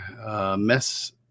mess